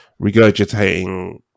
regurgitating